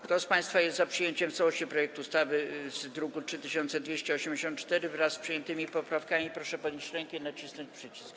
Kto z państwa jest za przyjęciem w całości projektu ustawy z druku nr 3284, wraz z przyjętymi poprawkami, proszę podnieść rękę i nacisnąć przycisk.